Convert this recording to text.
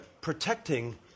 protecting